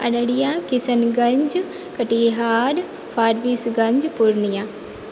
Araria Kishanganj Katihar Forbesganj Purnia